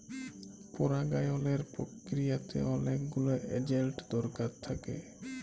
পরাগায়লের পক্রিয়াতে অলেক গুলা এজেল্ট দরকার থ্যাকে